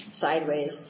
sideways